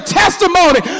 testimony